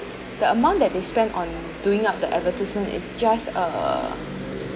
the amount that they spend on doing up the advertisement is just uh